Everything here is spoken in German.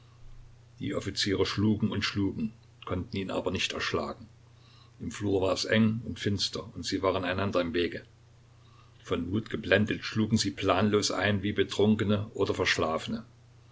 die offiziere schlugen und schlugen konnten ihn aber nicht erschlagen im flur war es eng und finster und sie waren einander im wege von wut geblendet schlugen sie planlos ein wie betrunkene oder verschlafene